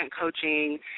coaching